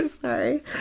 Sorry